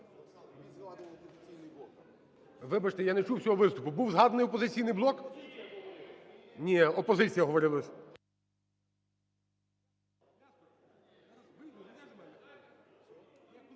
Вибачте, я не чув всього виступу, був згаданий "Опозиційний блок"? Ні, "опозиція" говорилось.